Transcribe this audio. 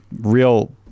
real